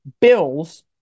Bills